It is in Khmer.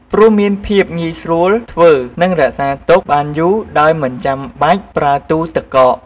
ព្រោះមានភាពងាយស្រួលធ្វើនិងរក្សាទុកបានយូរដោយមិនចាំបាច់ប្រើទូទឹកកក។